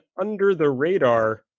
under-the-radar